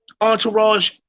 entourage